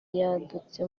yadutse